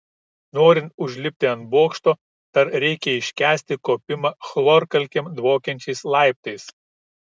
norint užlipti ant bokšto dar reikia iškęsti kopimą chlorkalkėm dvokiančiais laiptais